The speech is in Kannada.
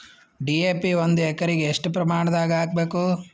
ಡಿ.ಎ.ಪಿ ಒಂದು ಎಕರಿಗ ಎಷ್ಟ ಪ್ರಮಾಣದಾಗ ಹಾಕಬೇಕು?